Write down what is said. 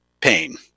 pain